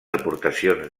aportacions